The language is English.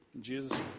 Jesus